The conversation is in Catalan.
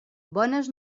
bones